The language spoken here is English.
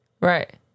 Right